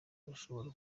bashobora